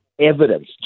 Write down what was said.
Evidence